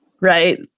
right